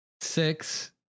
Six